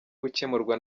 gukemurwa